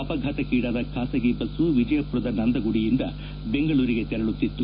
ಅಪಘಾತಕ್ಕೀಡಾದ ಖಾಸಗಿ ಬಸ್ವು ವಿಜಯಪುರದ ನಂದಗುಡಿಯಿಂದ ಬೆಂಗಳೂರಿಗೆ ತೆರಳುತ್ತಿತ್ತು